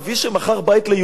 אולי יספרו לי פה.